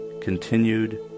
continued